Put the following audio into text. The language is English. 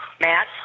Matt